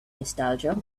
nostalgia